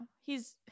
He's-